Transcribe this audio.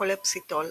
colestipol,